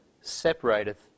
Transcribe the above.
separateth